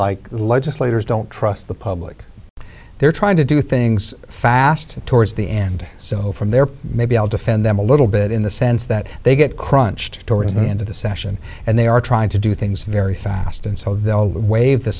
like legislators don't trust the public they're trying to do things fast towards the end so from there maybe i'll defend them a little bit in the sense that they get crunched towards the end of the session and they are trying to do things very fast and so they'll waive the